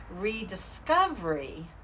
rediscovery